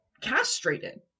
castrated